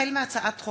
החל בהצעת חוק